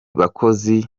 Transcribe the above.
bakozi